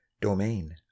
domain